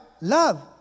Love